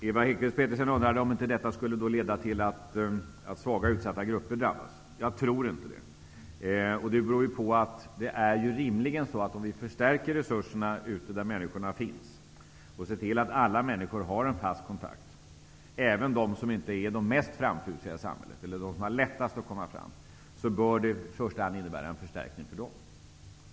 Ewa Hedkvist Petersen undrade om inte detta kommer att leda till att svaga och utsatta grupper drabbas. Jag tror inte det. Om vi förstärker resurserna där människorna finns och ser till att alla människor, även de som inte är de mest framfusiga i samhället eller de som har lättast att komma fram, har en fast kontakt, bör det i första hand innebära en förstärkning för dessa grupper.